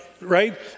right